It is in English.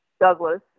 Douglas